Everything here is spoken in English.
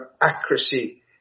accuracy